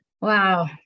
Wow